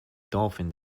dolphins